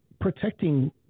protecting